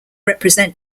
represent